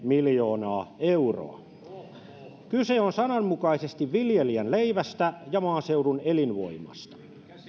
miljoonaa euroa kyse on sananmukaisesti viljelijän leivästä ja maaseudun elinvoimasta